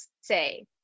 say